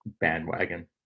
bandwagon